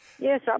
Yes